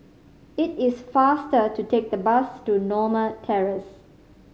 it is faster to take the bus to Norma Terrace